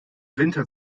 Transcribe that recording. winter